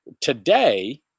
today